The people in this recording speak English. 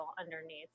underneath